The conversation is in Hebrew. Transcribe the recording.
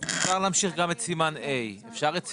מניח שאם אפשר לשכור מעלון זמני אתם לא תהיו קמצנים לתת את זה,